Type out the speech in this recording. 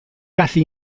casi